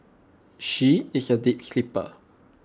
she is A deep sleeper